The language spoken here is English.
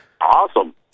Awesome